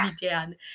Dan